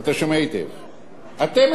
אתם מדברים על שוויון בנטל.